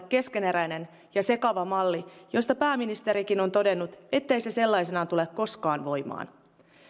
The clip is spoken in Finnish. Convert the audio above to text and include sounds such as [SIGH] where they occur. [UNINTELLIGIBLE] keskeneräinen ja sekava malli josta pääministerikin on todennut ettei se sellaisenaan tule koskaan voimaan